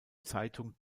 zeitung